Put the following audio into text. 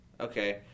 Okay